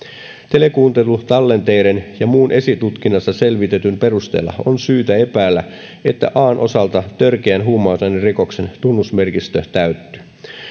telekuuntelutallenteiden ja muun esitutkinnassa selvitetyn perusteella on syytä epäillä että an osalta törkeän huumausainerikoksen tunnusmerkistö täyttyy